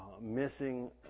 Missing